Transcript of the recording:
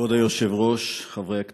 כבוד היושב-ראש, חברי הכנסת,